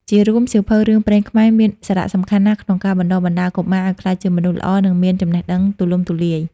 ជារួមសៀវភៅរឿងព្រេងខ្មែរមានសារៈសំខាន់ណាស់ក្នុងការបណ្ដុះបណ្ដាលកុមារឲ្យក្លាយជាមនុស្សល្អ និងមានចំណេះដឹងទូលំទូលាយ។